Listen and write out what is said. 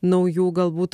naujų galbūt